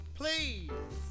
please